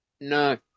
No